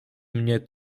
mnie